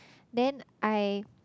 then I